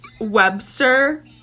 Webster